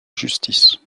justice